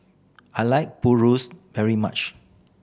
I like purus very much